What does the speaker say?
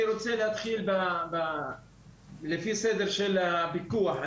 אני רוצה להתחיל על פי הסדר של הפיקוח.